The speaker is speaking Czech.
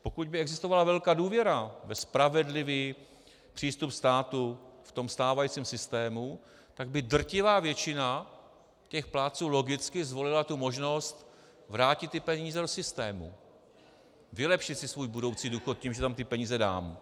Pokud by existovala velká důvěra ve spravedlivý přístup státu ve stávajícím systému, tak by drtivá většina těch plátců logicky zvolila možnost vrátit ty peníze do systému, vylepšit si svůj budoucí důchod tím, že tam ty peníze dám.